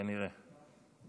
כנראה.